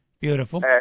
Beautiful